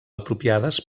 apropiades